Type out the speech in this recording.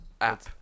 app